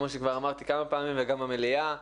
כמו שכבר אמרתי כמה פעמים וגם במליאה,